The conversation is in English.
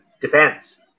defense